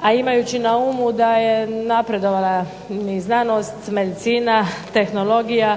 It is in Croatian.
a imajući na umu da je napredovala i znanost, medicina, tehnologija,